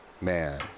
man